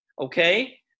Okay